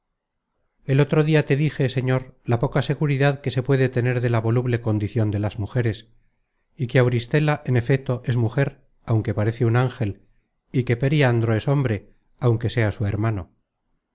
el otro dia te dije señor la poca seguridad que se puede tener de la voluble condicion de las mujeres y que auristela en efeto es mujer aunque parece un ángel y que periandro es hombre aunque sea su hermano